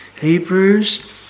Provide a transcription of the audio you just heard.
Hebrews